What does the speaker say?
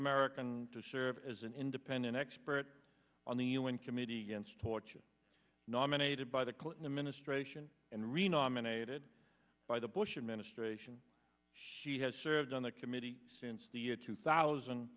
american to serve as an independent expert on the un committee against torture nominated by the clinton administration and renominated by the bush administration she has served on the committee since the year two thousand